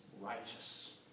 righteous